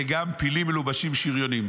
וגם פילים מלובשים שריונים.